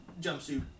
jumpsuit